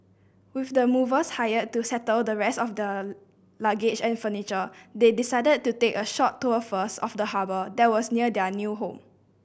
with the movers hired to settle the rest of the luggage and furniture they decided to take a short tour first of the harbour that was near their new home